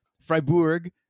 Freiburg